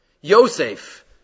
Yosef